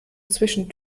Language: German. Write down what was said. zwischen